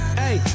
hey